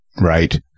Right